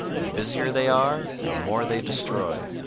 the busier they are, the more they destroy.